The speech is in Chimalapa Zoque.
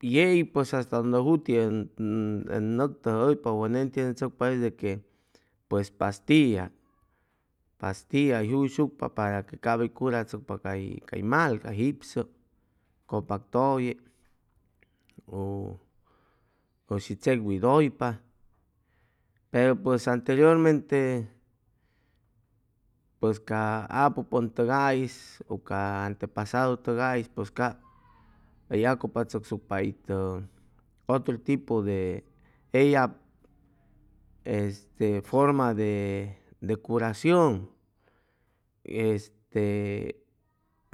yei pues hasta donde juti ʉn nʉctʉjʉhʉypa u ʉn entiendechʉcpa es de que pues pastilla hʉy juyshucpa para que cap hʉy curachʉcsucpa cay cay mal cay jipsʉ cʉpak tʉlle u u shi chec widʉypa pero pues anteriormente pues ca apupʉn'tʉgais u ca antepasadutʉgais pues cap hʉy acupachʉcsucpa itʉ otro tipo de eyab este forma de de curacion este